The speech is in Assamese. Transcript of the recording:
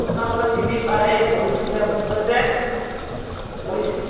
আপোনাৰ লগত চিনি পায়ে এই পৰিশ্মিতা বুলি কয় যে পৰি